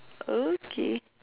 okay